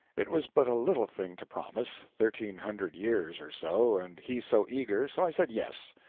it was but a little thing to promise thirteen hundred years or so and he so eager so i said yes.